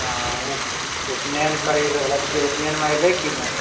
हँ उपनयन करय वला छियै उपनयन मे एबै की नहि